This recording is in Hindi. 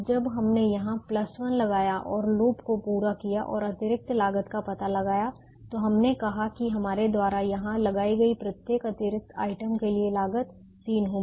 जब हमने यहां 1 लगाया और लूप को पूरा किया और अतिरिक्त लागत का पता लगाया तो हमने कहा कि हमारे द्वारा यहां लगाई गई प्रत्येक अतिरिक्त आइटम के लिए लागत 3 होगी